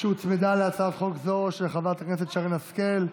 שהוצמדה להצעת חוק זו, של חברת הכנסת שרן השכל,